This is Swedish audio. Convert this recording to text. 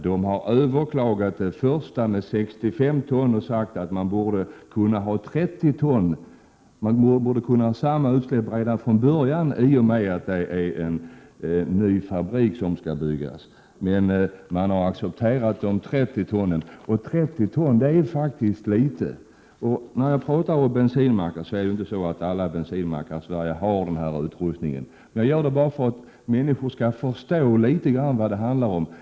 Det som har överklagats är den del av beslutet som gäller 65 ton, och man har sagt att 67 samma restriktioner för utsläppen borde gälla redan från början, i och med att det är en ny fabrik. Man har accepterat de 30 tonnen, och 30 ton är faktiskt litet. Vad beträffar bensinmackar vill jag säga att alla inte har utrustning för att samla in bensinångorna. Men när jag tog exemplet med bensinmackarna gjorde jag det för att människor skall förstå litet grand vad det handlar om.